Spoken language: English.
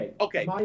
okay